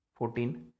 14